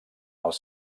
els